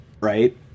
right